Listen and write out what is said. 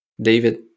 David